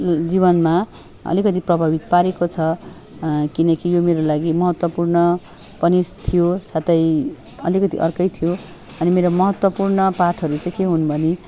जीवनमा अलिकति प्रभावित पारेको छ किनकि यो मेरो लागि महत्त्वपूर्ण पनि थियो साथै अलिकति अर्कै थियो अनि मेरो महत्त्वपूर्ण पाठहरू चाहिँ के हुन भने